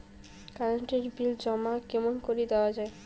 Current এর bill জমা কেমন করি দেওয়া যায়?